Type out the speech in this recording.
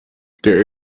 there